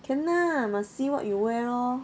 can lah must see what you wear lor